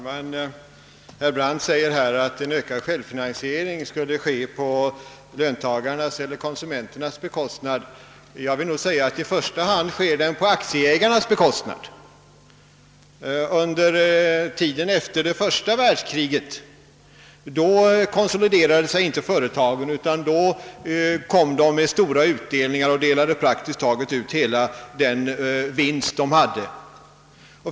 Herr talman! Herr Brandt säger att en ökad självfinansiering skulle ske på löntagarnas eller konsumenternas bekostnad. Jag anser att den sker på aktieägarnas bekostnad. Under tiden efter det första världskriget konsoliderades inte företagen utan gav stora utdelningar. De delade ut praktiskt taget hela den vinst de hade.